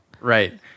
right